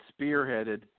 spearheaded